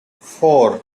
four